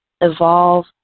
evolve